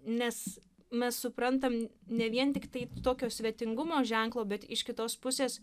nes mes suprantam ne vien tiktai tokio svetingumo ženklo bet iš kitos pusės